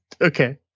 Okay